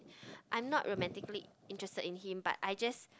I'm not romantically interested in him but I just